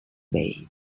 babe